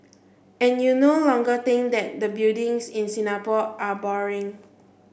and you no longer think that the buildings in Singapore are boring